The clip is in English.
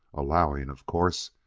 allowing, of course,